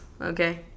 okay